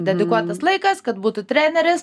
dedikuotas laikas kad būtų treneris